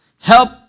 Help